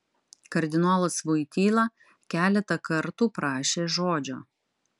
kardinolas voityla keletą kartų prašė žodžio